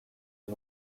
and